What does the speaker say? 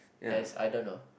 that's I don't know